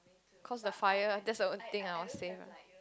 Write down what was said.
cause the fire that was a thing I want to save